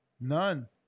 None